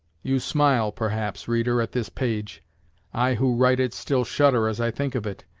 you smile, perhaps, reader, at this page i, who write it, still shudder as i think of it.